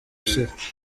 ishize